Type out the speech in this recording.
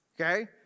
Okay